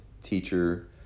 teacher